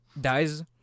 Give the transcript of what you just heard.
dies